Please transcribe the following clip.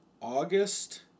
August